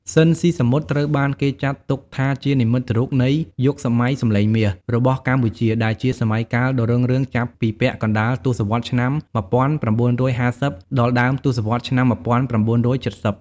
ស៊ីន ស៊ីសាមុត ត្រូវបានគេចាត់ទុកថាជានិមិត្តរូបនៃ យុគសម័យសំលេងមាស របស់កម្ពុជា ដែលជាសម័យកាលដ៏រុងរឿងចាប់ពីពាក់កណ្ដាលទសវត្សរ៍ឆ្នាំ ១៩៥០ ដល់ដើមទសវត្សរ៍ឆ្នាំ ១៩៧០ ។